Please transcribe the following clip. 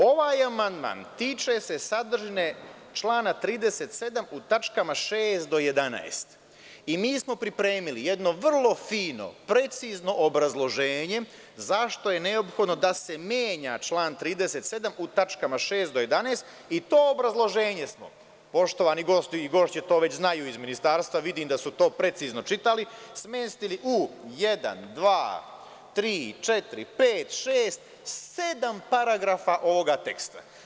Ovaj amandman tiče se sadržine člana 37. u tačkama 6. do 11. i mi smo pripremili jedno vrlo fino, precizno obrazloženje zašto je neophodno da se menja član 37. u tačkama 6. do 11. i to obrazloženje smo, poštovani gosti i gošće to već znaju iz Ministarstva, vidim da su to precizno čitali, smestili u jedan, dva, tri, četiri, pet, šest, sedam paragrafa ovoga teksta.